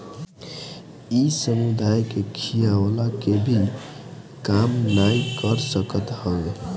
इ समुदाय के खियवला के भी काम नाइ कर सकत हवे